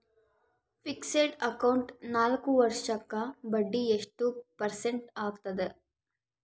Fixed account ನಾಲ್ಕು ವರ್ಷಕ್ಕ ಬಡ್ಡಿ ಎಷ್ಟು ಪರ್ಸೆಂಟ್ ಆಗ್ತದ?